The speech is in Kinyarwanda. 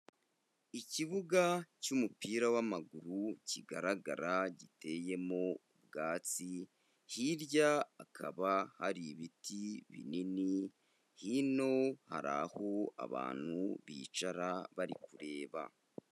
Ikibuga cy'umupira w'amaguru kigaragara giteyemo ubwatsi, hirya hakaba hari ibiti binini, hino hari aho abantu bicara bari kureba.